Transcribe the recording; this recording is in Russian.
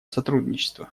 сотрудничества